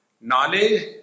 Knowledge